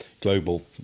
global